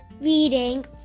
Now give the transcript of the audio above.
reading